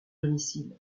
domicile